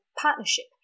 partnership